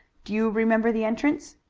do you remember the entrance?